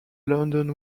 london